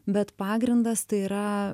bet pagrindas tai yra